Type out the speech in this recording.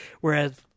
whereas